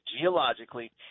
geologically